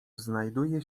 znajduje